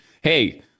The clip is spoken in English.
hey